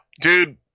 Dude